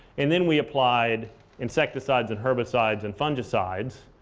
and then, we applied insecticides and herbicides and fungicides,